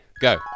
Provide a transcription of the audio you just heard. go